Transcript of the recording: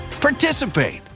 participate